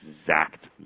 exact